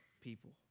people